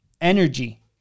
Energy